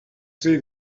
see